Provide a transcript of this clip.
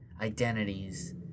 identities